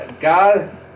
God